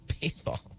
baseball